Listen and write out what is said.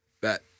Bet